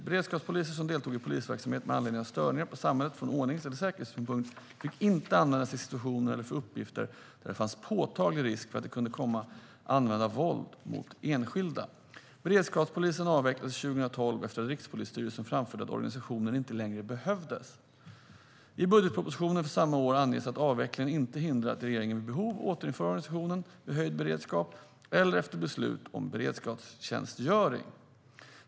Beredskapspoliser som deltog i polisverksamhet med anledning av störningar på samhället från ordnings eller säkerhetssynpunkt fick inte användas i situationer eller för uppgifter där det fanns påtaglig risk för att de kunde komma att använda våld mot enskilda. Beredskapspolisen avvecklades 2012 efter att Rikspolisstyrelsen framfört att organisationen inte längre behövdes. I budgetpropositionen för samma år anges att avvecklingen inte hindrar att regeringen vid behov återinför organisationen vid höjd beredskap eller efter beslut om beredskapstjänstgöring.